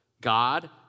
God